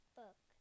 book